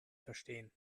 verstehen